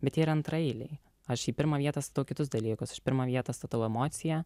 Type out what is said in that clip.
bet yra antraeiliai aš į pirmą vietą statau kitus dalykus aš į pirmą vietą statau emociją